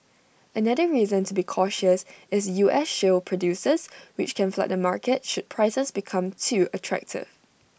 another reason to be cautious is U S shale producers which can flood the market should prices become too attractive